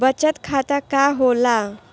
बचत खाता का होला?